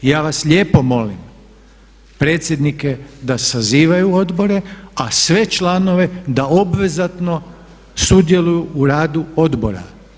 Ja vas lijepo molim predsjednike da sazivaju odbore a sve članove da obvezno sudjeluju u radu odbora.